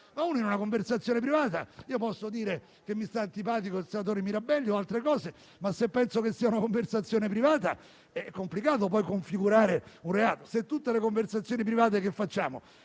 In una conversazione privata io posso dire che mi sta antipatico il senatore Mirabelli o altre cose. Se però penso che sia una conversazione privata, è complicato poi configurare un reato. Se tutte le conversazioni private che facciamo